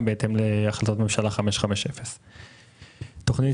גם זה בהתאם להחלטת ממשלה 550. תוכנית